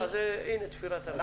אנחנו נשב אתו.